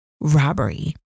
robbery